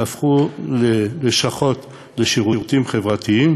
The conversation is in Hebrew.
יהפכו ללשכות לשירותים חברתיים,